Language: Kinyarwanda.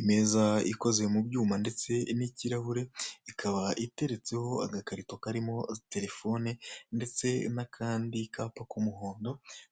Imeza ikoze mu byuma ndetse n'ikirahure, ikaba iteretseho agakarito karimo telefone ndetse n'akandi kapa k'umuhondo